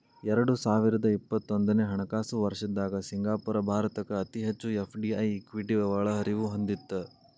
ಎರಡು ಸಾವಿರದ ಇಪ್ಪತ್ತೊಂದನೆ ಹಣಕಾಸು ವರ್ಷದ್ದಾಗ ಸಿಂಗಾಪುರ ಭಾರತಕ್ಕ ಅತಿ ಹೆಚ್ಚು ಎಫ್.ಡಿ.ಐ ಇಕ್ವಿಟಿ ಒಳಹರಿವು ಹೊಂದಿತ್ತ